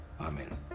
Amen